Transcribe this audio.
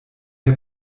der